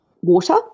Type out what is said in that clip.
water